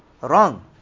wrong